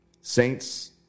Saints –